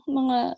mga